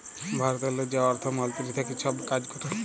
ভারতেরলে যে অর্থ মলতিরি থ্যাকে ছব কাজ ক্যরে